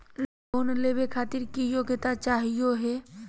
Loan लेवे खातीर की योग्यता चाहियो हे?